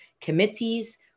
Committees